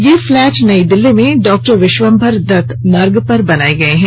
ये फ्लैट नई दिल्ली में डॉक्टर विश्वंभर दत्त मार्ग पर बनाये गये हैं